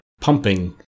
pumping